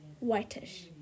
whitish